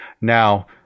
Now